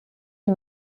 est